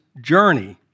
journey